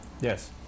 Yes